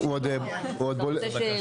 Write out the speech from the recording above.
אתה לא חייב לאשר את זה,